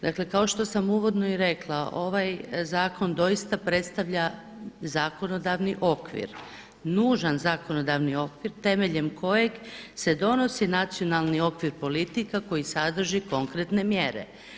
Dakle, kao što sam uvodno i rekla, ovaj zakon doista predstavlja zakonodavni okvir, nužan zakonodavni okvir temeljem kojeg se donosi nacionalni okvir politika koji sadrži konkretne mjere.